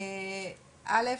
א',